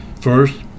First